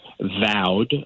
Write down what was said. vowed